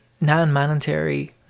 non-monetary